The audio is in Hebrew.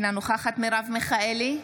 אינה נוכחת מרב מיכאלי,